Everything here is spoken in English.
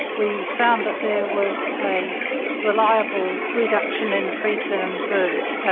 we found that there was a reliable reduction in preterm birth.